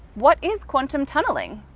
what is quantum tunneling?